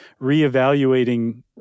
reevaluating